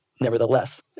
Nevertheless